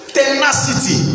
Tenacity